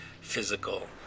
physical